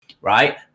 right